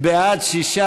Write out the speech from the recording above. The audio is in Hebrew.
בעד, 6,